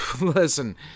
Listen